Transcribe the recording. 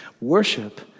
Worship